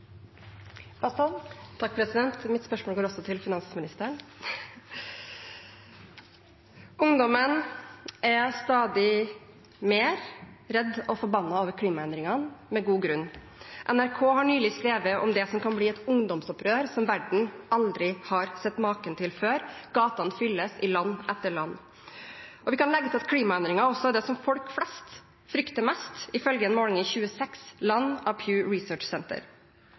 Mitt spørsmål går også til finansministeren. Ungdommen er stadig mer redd og forbannet over klimaendringene, med god grunn. NRK har nylig skrevet om det som kan bli et ungdomsopprør som verden aldri har sett maken til før. Gatene fylles i land etter land. Vi kan legge til at klimaendringene også er det som folk flest frykter mest, ifølge en måling i 26 land